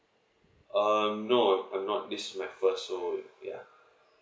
um no I'm not this is my first so ya